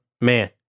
man